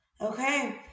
Okay